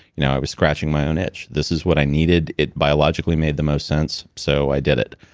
you know i was scratching my own itch. this is what i needed, it biologically made the most sense, so i did it,